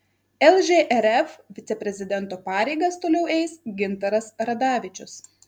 lžrf viceprezidento pareigas toliau eis gintaras radavičius